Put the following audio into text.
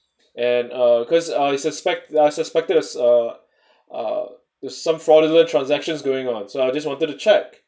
and uh because I suspect I suspect us uh uh there's some fraudulent transactions going on so I just wanted to check